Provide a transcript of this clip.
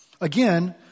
again